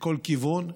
מכל כיוון,